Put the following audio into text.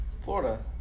Florida